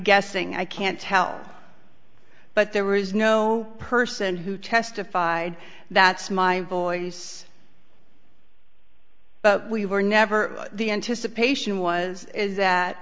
guessing i can't tell but there was no person who testified that's my voice but we were never the anticipation was is that